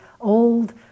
old